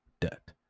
debt